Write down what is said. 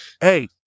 hey